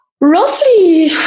Roughly